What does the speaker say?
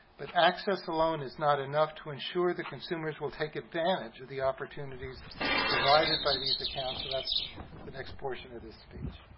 but access alone is not enough to ensure that consumers will take advantage of the opportunities provided by these accounts. so that's the next portion of this speech.